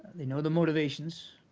they know the motivations,